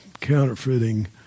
counterfeiting